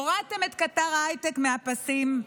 הורדתם את קטר ההייטק מהפסים.